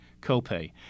copay